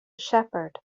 shepherd